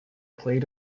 played